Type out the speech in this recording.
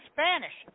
Spanish